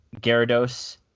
Gyarados